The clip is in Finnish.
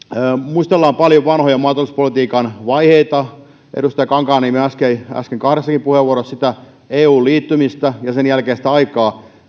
muistellaan paljon vanhoja maatalouspolitiikan vaiheita edustaja kankaanniemi äsken kahdessakin puheenvuorossa sitä euhun liittymistä ja sen jälkeistä aikaa